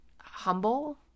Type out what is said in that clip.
humble